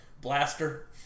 Blaster